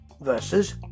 versus